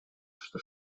что